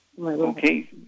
Okay